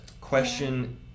question